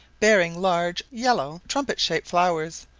bearing large yellow trumpet-shaped flowers,